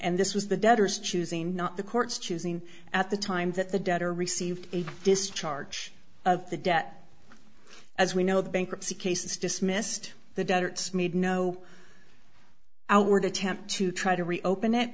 and this was the debtors choosing not the court's choosing at the time that the debtor received a discharge of the debt as we know the bankruptcy case is dismissed the deserts made no outward attempt to try to reopen it